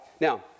Now